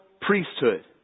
priesthood